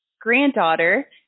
granddaughter